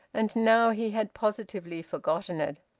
and now he had positively forgotten it.